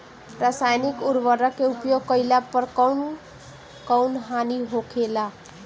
रसायनिक उर्वरक के उपयोग कइला पर कउन हानि होखेला?